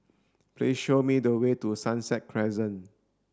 please show me the way to Sunset Crescent